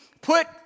put